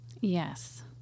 Yes